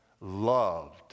loved